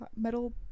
Metal